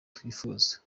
twifuza